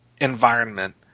environment